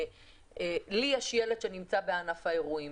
לי יש ילד שנמצא בענף האירועים